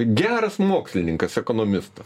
geras mokslininkas ekonomistas